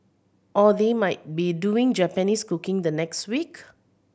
or they might be doing Japanese cooking the next week